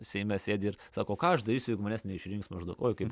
seime sėdi ir sako o ką aš darysiu jeigu manęs neišrinks maždaug oi kaip